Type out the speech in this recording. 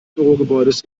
bürogebäudes